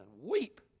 weep